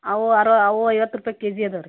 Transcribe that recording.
ಅವು ಅರ ಅವು ಐವತ್ತು ರೂಪಾಯಿ ಕೆ ಜಿ ಇದಾವ್ ರೀ